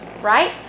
right